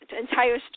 entire